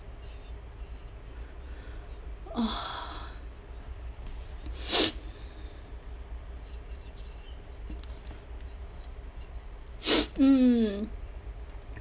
mm